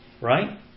right